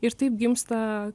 ir taip gimsta